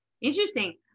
interesting